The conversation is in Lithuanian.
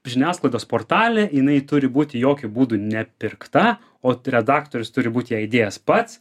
žiniasklaidos portale jinai turi būti jokiu būdu nepirkta o redaktorius turi būti ją įdėjęs pats